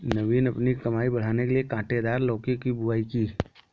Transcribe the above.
नवीन अपनी कमाई बढ़ाने के लिए कांटेदार लौकी की बुवाई की